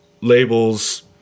label's